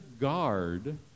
guard